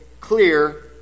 clear